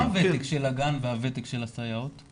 מה הוותק של הגן והוותק של הסייעות?